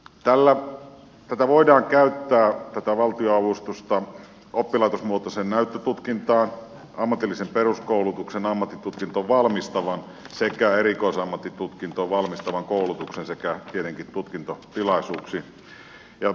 tätä valtionavustusta voidaan käyttää oppi laitosmuotoiseen näyttötutkintoon valmistavaan ammatilliseen peruskoulutukseen ammattitutkintoon valmistavaan sekä erikoisammattitutkintoon valmistavaan koulutukseen sekä tietenkin tutkintotilaisuuksiin